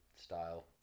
style